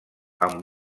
amb